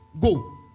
Go